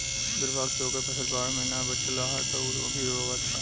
दुर्भाग्य से ओकर फसल बाढ़ में ना बाचल ह त उ अभी रोओता